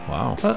Wow